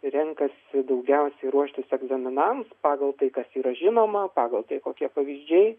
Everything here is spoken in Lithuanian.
renkasi daugiausiai ruoštis egzaminams pagal tai kas yra žinoma pagal tai kokie pavyzdžiai